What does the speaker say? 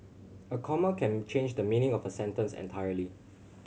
a comma can change the meaning of a sentence entirely